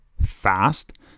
fast